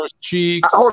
Cheeks